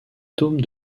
dôme